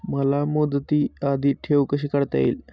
मला मुदती आधी ठेव कशी काढता येईल?